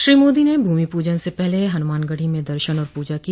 श्री मोदी ने भूमि पूजन से पहले हनुमानगढ़ी में दर्शन और पूजा की